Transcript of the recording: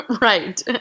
Right